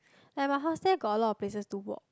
like my house there got a lot of places to walk